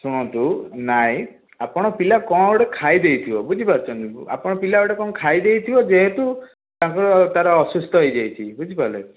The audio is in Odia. ଶୁଣନ୍ତୁ ନାହିଁ ଆପଣ ପିଲା କ'ଣ ଗୋଟେ ଖାଇଦେଇଥିବ ବୁଝିପାରୁଛନ୍ତି ଆପଣଙ୍କ ପିଲା ଗୋଟେ କ'ଣ ଖାଇଦେଇଥିବ ଯେହେତୁ ତାଙ୍କୁ ତାର ଅସୁସ୍ଥ ହେଇଯାଇଛି ବୁଝିପାରିଲେ